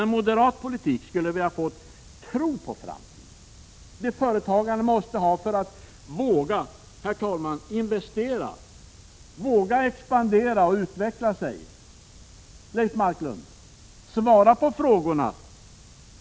Med moderat politik skulle vi ha fått tro på framtiden. Det är vad företagarna måste ha, herr talman, för att våga investera, våga expandera och utvecklas. Leif Marklund, svara på frågorna!